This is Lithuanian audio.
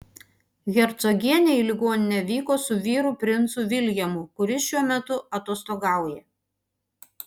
hercogienė į ligoninę vyko su vyru princu viljamu kuris šiuo metu atostogauja